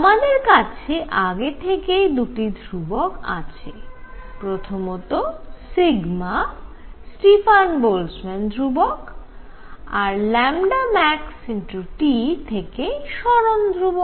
আমাদের কাছে আগে থেকেই দুটি ধ্রুবক আছে প্রথমত স্টিফান বোলজম্যান ধ্রুবক আর maxT থেকে সরণ ধ্রুবক